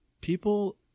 people